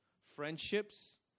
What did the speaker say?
friendships